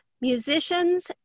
musicians